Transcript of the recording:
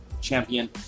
champion